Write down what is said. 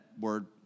word